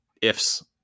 ifs